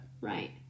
Right